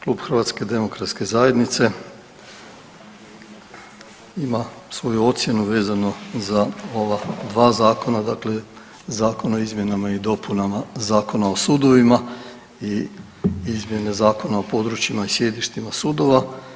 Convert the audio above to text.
Klub HDZ-a ima svoju ocjenu vezano za ova dva Zakona, dakle Zakon o izmjenama i dopunama Zakona o sudovima i Izmjene Zakona o područjima i sjedištima Sudova.